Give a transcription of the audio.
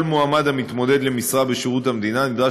כל מועמד המתמודד למשרה בשירות המדינה נדרש